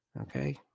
Okay